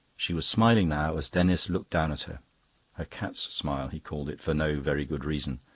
she was smiling now as denis looked down at her her cat's smile, he called it, for no very good reason.